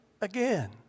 again